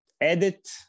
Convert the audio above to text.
edit